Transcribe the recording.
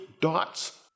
dots